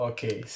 Okay